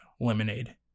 lemonade